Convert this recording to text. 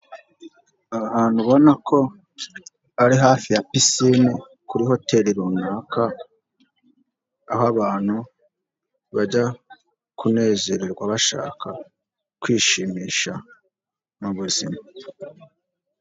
Ahantu ubona ko ari hafi ya pisine kuri hoteri runaka aho abantu bajya kunezererwa bashaka kwishimisha mu buzima.